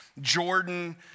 Jordan